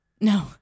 No